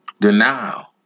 denial